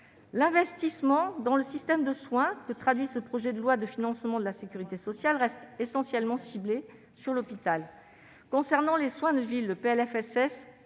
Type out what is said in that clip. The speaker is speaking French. L'investissement dans le système de soins que traduit ce projet de loi de financement de la sécurité sociale reste essentiellement ciblé sur l'hôpital. Concernant les soins de ville, ce PLFSS